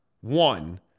One